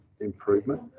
improvement